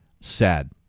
sad